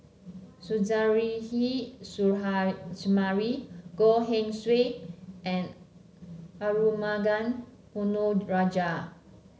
Suzairhe Sumari Goh Swee and Arumugam Ponnu Rajah